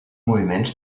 moviments